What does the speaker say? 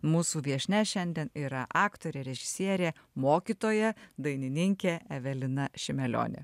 mūsų viešnia šiandien yra aktorė režisierė mokytoja dainininkė evelina šimelionė